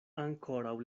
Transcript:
ankoraŭ